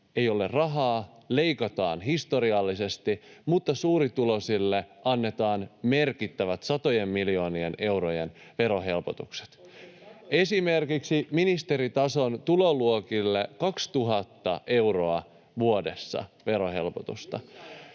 ei ole rahaa, leikataan historiallisesti, mutta suurituloisille annetaan merkittävät satojen miljoonien eurojen verohelpotukset, [Ben Zyskowicz: Oikein satojen miljoonien?] esimerkiksi ministeritason tuloluokille 2 000 euroa vuodessa verohelpotusta.